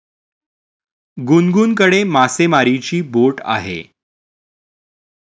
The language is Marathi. गुनगुनकडे मासेमारीची बोट आहे